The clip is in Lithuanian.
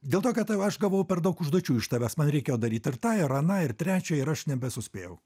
dėl to kad jau aš gavau per daug užduočių iš tavęs man reikėjo daryt ir tą ir aną ir trečią ir aš nebesuspėjau